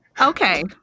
Okay